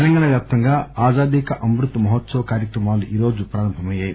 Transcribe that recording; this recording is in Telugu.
తెలంగాణ వ్యాప్తంగా ఆజాదీ కా అమృత్ మహోత్సవ్ కార్యక్రమాలు ఈ రోజు ప్రారంభమయ్యి